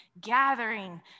gathering